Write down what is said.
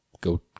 go